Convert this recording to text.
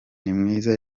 nimwiza